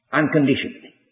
unconditionally